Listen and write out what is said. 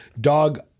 dog